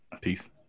Peace